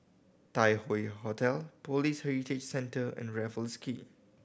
Tai Hoe Hotel Police Heritage Centre and Raffles Quay